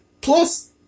plus